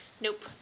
Nope